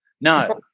No